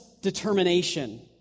determination